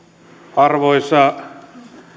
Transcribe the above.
arvoisa